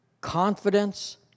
confidence